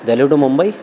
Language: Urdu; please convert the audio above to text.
دہلی ٹو ممبئی